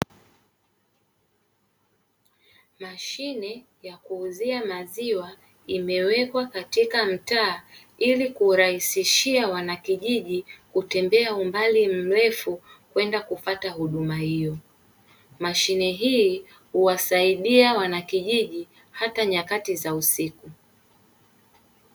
Mashine ya kuuzia maziwa imewekwa katika mtaa ili kurahisishia wanakijiji kutembea umbali mrefu kwenda kufata huduma hiyo, mashine hii huwasaidia mwanakijiji hata nyakati za usiku.